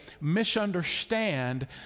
misunderstand